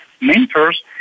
mentors